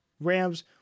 Rams